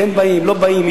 כן באים לא באים,